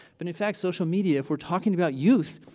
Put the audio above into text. but in fact social media, if we're talking about youth,